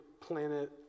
planet